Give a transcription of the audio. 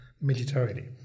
militarily